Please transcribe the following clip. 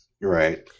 Right